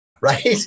Right